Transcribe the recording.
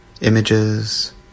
images